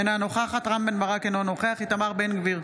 אינה נוכחת רם בן ברק, אינו נוכח איתמר בן גביר,